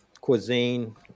cuisine